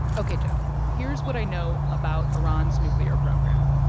ok, geoff, here's what i know about iran's nuclear program.